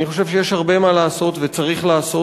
אני חושב שיש הרבה מה לעשות וצריך לעשות,